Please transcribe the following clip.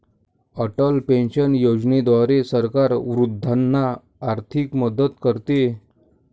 Atal pension योजनेद्वारे सरकार वृद्धांना आर्थिक मदत करते